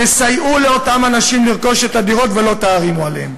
תסייעו לאותם אנשים לרכוש את הדירות ואל תקשו עליהם.